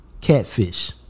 Catfish